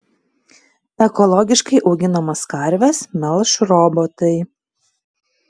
ekologiškai auginamas karves melš robotai